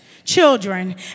children